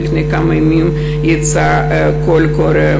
לפני כמה ימים יצא קול קורא,